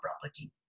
property